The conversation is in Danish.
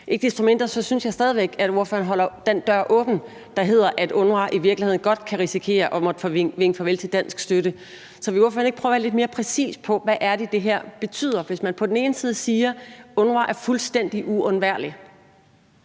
Ikke desto mindre synes jeg stadig væk, at ordføreren holder en dør åben, med hensyn til at UNRWA i virkeligheden godt kan risikere at måtte vinke farvel til dansk støtte. Så vil ordføreren ikke prøve at være lidt mere præcis, med hensyn til hvad det betyder? Hvis man på den ene side siger, at UNRWA er fuldstændig uundværlig,